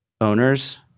owners